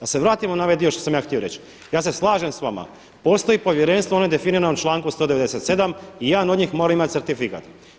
Da se vratim na ovaj dio što sam ja htio reći, ja se slažem s vama, postoji povjerenstvo ono je definirano u članku 197. i jedan od njih mora imati certifikat.